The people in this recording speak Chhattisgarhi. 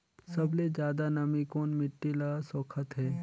सबले ज्यादा नमी कोन मिट्टी ल सोखत हे?